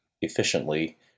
efficiently